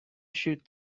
shoot